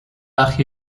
وقت